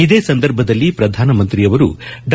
ಇದೇ ಸಂದರ್ಭದಲ್ಲಿ ಪ್ರಧಾನಮಂತ್ರಿಯವರು ಡಾ